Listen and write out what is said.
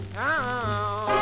town